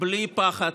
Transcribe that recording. בלי פחד,